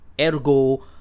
ergo